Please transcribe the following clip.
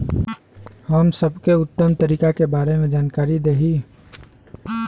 हम सबके उत्तम तरीका के बारे में जानकारी देही?